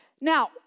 Now